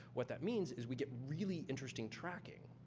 what that means is, we get really interesting tracking.